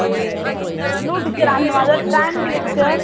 no teacher आनी म्हजो time कितें टिचर